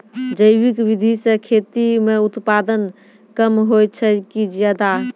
जैविक विधि से खेती म उत्पादन कम होय छै कि ज्यादा?